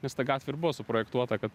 nes ta gatvė ir buvo suprojektuota kad